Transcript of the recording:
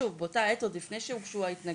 שוב באותה העת עוד לפני שהוגשו ההתנגדויות,